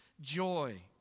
joy